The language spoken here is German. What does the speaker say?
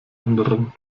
anderen